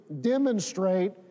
demonstrate